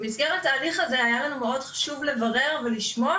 במסגרת ההליך הזה היה לנו מאוד חשוב לברר ולשמוע